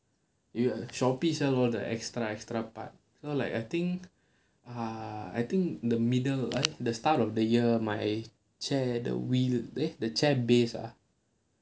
you at Shopee sia all the extra extra part so like I think ah I think the middle eh the start of the year my chair the wheel eh the chair base ah